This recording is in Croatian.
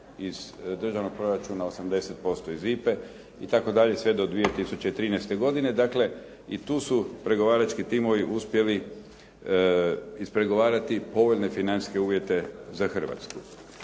iz državnog proračuna, 80% iz IPA-e itd. sve do 2013. godine. Dakle, i tu su pregovarački timovi uspjeli ispregovarati povoljne financijske uvjete za Hrvatsku.